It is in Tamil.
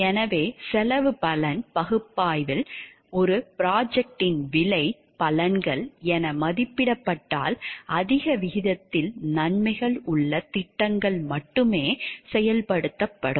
எனவே செலவுப் பலன் பகுப்பாய்வில் ப்ரொஜெக்டரின் விலை பலன்கள் என மதிப்பிடப்பட்டால் அதிக விகிதத்தில் நன்மைகள் உள்ள திட்டங்கள் மட்டுமே செயல்படுத்தப்படும்